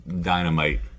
dynamite